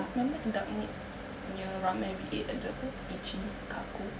remember duck meat punya ramen that we ate at the apa ichi~ kaku~